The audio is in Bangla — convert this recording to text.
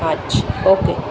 আচ্ছা ওকে